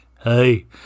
hey